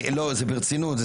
ברצינות,